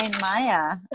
Maya